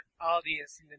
audience